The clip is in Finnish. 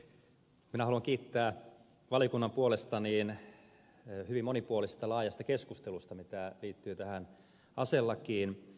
minä haluan kiittää valiokunnan puolesta hyvin monipuolisesta laajasta keskustelusta mikä liittyy tähän aselakiin